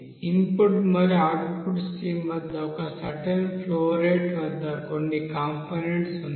input మరియు output streams వద్ద ఒక సర్టెన్ ఫ్లో రేట్ వద్ద కొన్ని కంపోనెంట్స్ ఉన్నాయి